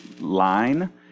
line